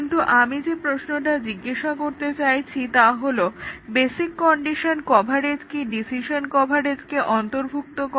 কিন্তু আমি যে প্রশ্নটা জিজ্ঞেস করতে চাইছি তা হলো বেসিক কন্ডিশন কভারেজ কি ডিসিশন কভারেজকে অন্তর্ভুক্ত করে